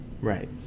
Right